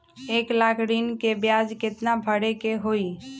एक लाख ऋन के ब्याज केतना भरे के होई?